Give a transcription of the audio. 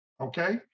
okay